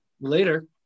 Later